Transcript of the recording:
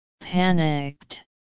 Panicked